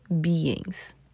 beings